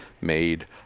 made